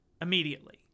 immediately